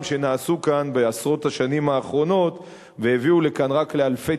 שנעשו כאן בעשרות השנים האחרונות והביאו לכאן רק אלפי